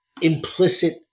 Implicit